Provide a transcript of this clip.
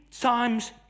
times